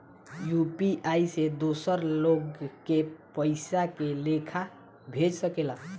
UPI से दोसर लोग के पइसा के लेखा भेज सकेला?